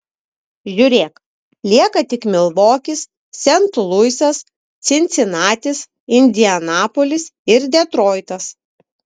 žiūrėk lieka tik milvokis sent luisas cincinatis indianapolis ir detroitas